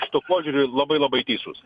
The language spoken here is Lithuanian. šituo požiūriu labai labai teisus